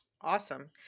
Awesome